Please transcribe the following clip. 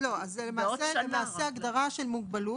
לא, למעשה לגבי ההגדרה של "מוגבלות"